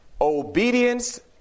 Obedience